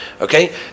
Okay